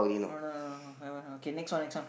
no no no no I want I want okay next one next one